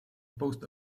post